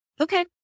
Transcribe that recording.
Okay